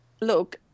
look